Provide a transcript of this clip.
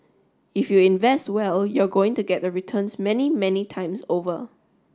if you invest well you're going to get the returns many many times over